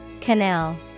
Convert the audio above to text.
Canal